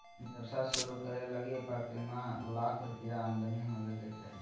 व्यवसाय शुरू करे लगी प्रतिमाह लाख रुपया आमदनी होबो के चाही